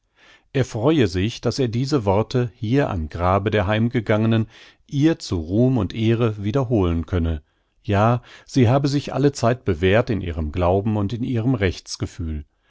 er freue sich daß er diese worte hier am grabe der heimgegangenen ihr zu ruhm und ehre wiederholen könne ja sie habe sich allezeit bewährt in ihrem glauben und ihrem